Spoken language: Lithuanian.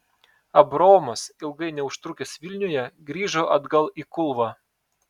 abraomas ilgai neužtrukęs vilniuje grįžo atgal į kulvą